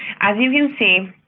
as you can see,